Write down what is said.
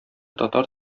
татар